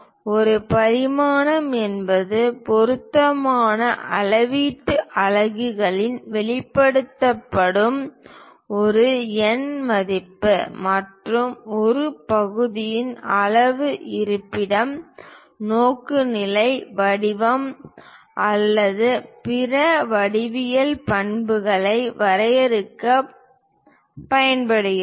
ஒரு பரிமாணம் என்பது பொருத்தமான அளவீட்டு அலகுகளில் வெளிப்படுத்தப்படும் ஒரு எண் மதிப்பு மற்றும் ஒரு பகுதியின் அளவு இருப்பிடம் நோக்குநிலை வடிவம் அல்லது பிற வடிவியல் பண்புகளை வரையறுக்கப் பயன்படுகிறது